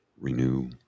renew